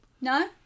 No